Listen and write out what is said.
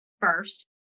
first